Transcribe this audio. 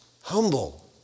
humble